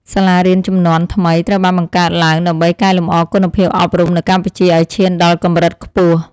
សាលារៀនជំនាន់ថ្មីត្រូវបានបង្កើតឡើងដើម្បីកែលម្អគុណភាពអប់រំនៅកម្ពុជាឱ្យឈានដល់កម្រិតខ្ពស់។